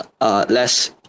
less